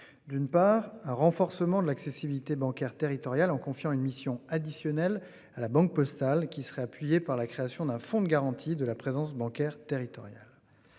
d'une part un renforcement de l'accessibilité bancaire territoriale en confiant une mission additionnel à la Banque Postale qui serait appuyé par la création d'un fonds de garantie de la présence bancaire territoriale.